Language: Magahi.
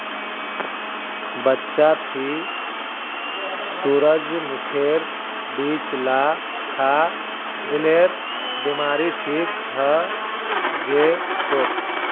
चच्चा ती सूरजमुखीर बीज ला खा, दिलेर बीमारी ठीक हइ जै तोक